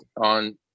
on